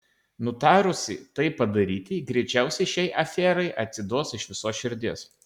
nutarusi tai padaryti greičiausiai šiai aferai atsiduos iš visos širdies